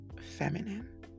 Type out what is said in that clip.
feminine